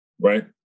right